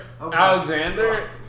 Alexander